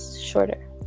shorter